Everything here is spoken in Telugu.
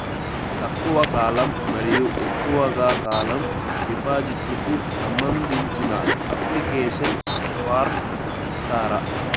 తక్కువ కాలం మరియు ఎక్కువగా కాలం డిపాజిట్లు కు సంబంధించిన అప్లికేషన్ ఫార్మ్ ఇస్తారా?